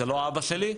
זה לא אבא שלי,